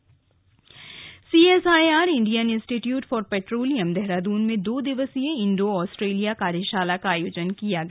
IIP CSIR Indian institute of petroleum Dehradun में दो दिवसीय इंडो आस्ट्रेलिया कार्यशाला का आयोजन किया गया